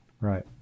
Right